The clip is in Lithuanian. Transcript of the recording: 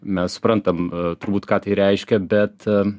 mes suprantam turbūt ką tai reiškia bet